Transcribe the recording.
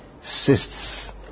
cysts